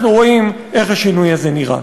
אנחנו רואים איך השינוי הזה נראה.